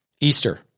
Easter